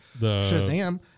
Shazam